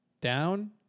down